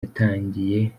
yatangiye